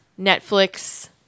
Netflix